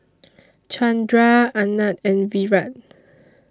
Chandra Anand and Virat